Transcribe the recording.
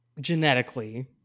genetically